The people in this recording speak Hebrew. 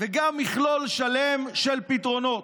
וגם מכלול שלם של פתרונות.